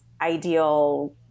ideal